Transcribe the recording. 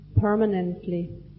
permanently